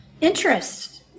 interest